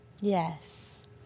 Yes